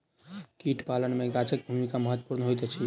कीट पालन मे गाछक भूमिका महत्वपूर्ण होइत अछि